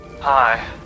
Hi